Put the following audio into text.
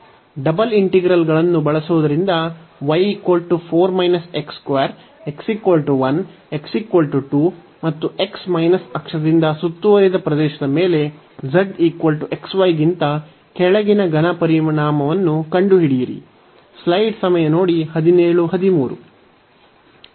double ಇಂಟಿಗ್ರಲ್ಗಳನ್ನು ಬಳಸುವುದರಿಂದ ಮತ್ತು x ಅಕ್ಷದಿಂದ ಸುತ್ತುವರಿದ ಪ್ರದೇಶದ ಮೇಲೆ z xy ಗಿಂತ ಕೆಳಗಿನ ಘನ ಪರಿಮಾಣವನ್ನು ಕಂಡುಹಿಡಿಯಿರಿ